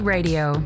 Radio